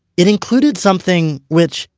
it included something which,